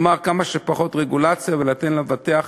כלומר, כמה שפחות רגולציה, ולתת למבטח